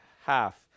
half